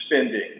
spending